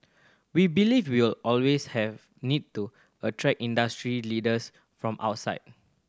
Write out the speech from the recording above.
we believe we'll always have need to attract industry leaders from outside